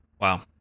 Wow